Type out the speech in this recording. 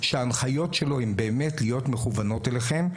שההנחיות שלו הן באמת להיות מכוונות אליכם.